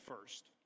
first